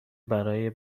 برای